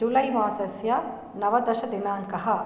जुलै मासस्य नवदश दिनाङ्कः